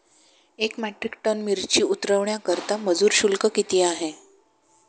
एक metric ton मिरची उतरवण्याकरता मजूर शुल्क किती आहे?